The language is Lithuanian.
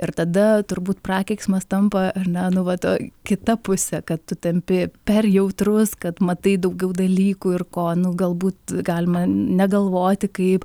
ir tada turbūt prakeiksmas tampa ar ne nu vat o kita pusė kad tu tampi per jautrus kad matai daugiau dalykų ir ko nu galbūt galima negalvoti kaip